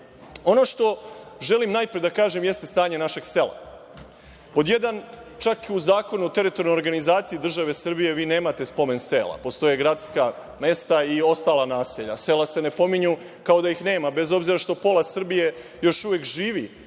što želim, najpre, da kažem jeste stanje našeg sela. Pod jedan, čak i u Zakonu o teritorijalnoj organizaciji države Srbije, vi nemate Spomen sela. Postoje gradska mesta i ostala naselja. Sela se ne pominju kao da ih nema, bez obzira što pola Srbije još uvek živi